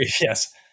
yes